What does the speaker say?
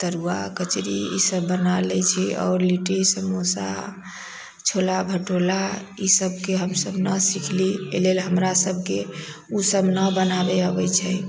तरुआ कचरी इसब बना लै छी और लिट्टी समोसा छोला भटूला इसब के हमसब ना सीखली एहि लेल हमरा सबके ओसब ना बनाबे अबै छै